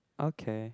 okay